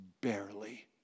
barely